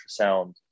ultrasound